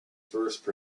first